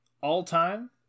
All-time